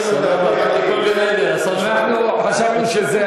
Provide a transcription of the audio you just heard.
חשבנו שזה